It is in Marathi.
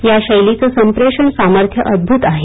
या शैलीचे संप्रेषण सामर्थ्य अद्भत आहे